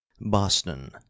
Boston